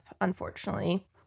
Unfortunately